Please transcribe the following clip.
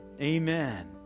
Amen